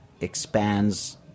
expands